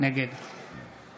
נגד